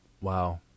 wow